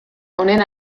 honen